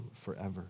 forever